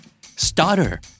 Starter